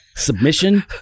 Submission